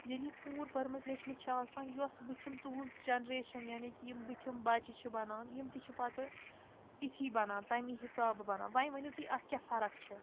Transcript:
ییٚلہِ یہِ کوٗر پٔرمٕژ لیٚچھمٕژ چھِ آسان یۄس بٕتھِم تُہٕنٛز جَنریشَن یعنی کہِ یِم بٕتھِم بَچہٕ چھِ بَنان یِم تہِ چھِ پَتہٕ تِتھی بَنان تَمی حسابہٕ بَنان وۄنۍ ؤنِو تُہۍ اَتھ کیٛاہ فرق چھےٚ